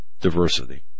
diversity